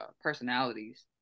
personalities